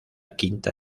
quinta